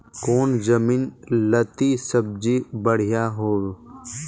कौन जमीन लत्ती सब्जी बढ़िया हों?